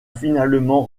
finalement